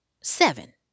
seven